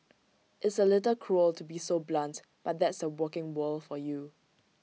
it's A little cruel to be so blunt but that's the working world for you